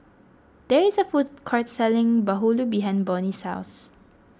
there is a food court selling Bahulu behind Bonny's house